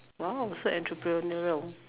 !wow! so entrepreneurial